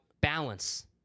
balance